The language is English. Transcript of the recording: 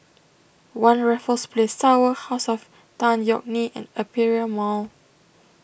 one Raffles Place Tower House of Tan Yeok Nee and Aperia Mall